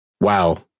Wow